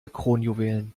kronjuwelen